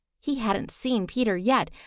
he hadn't seen peter yet,